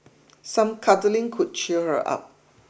some cuddling could cheer her up